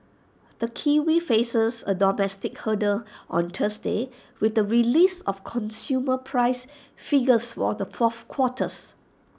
the kiwi faces A domestic hurdle on Thursday with the release of consumer price figures for the fourth quarters